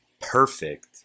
perfect